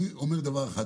אני אומר דבר אחד,